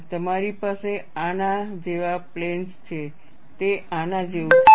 તમારી પાસે આના જેવા પ્લેનસ છે તે આના જેવું થાય છે